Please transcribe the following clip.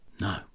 No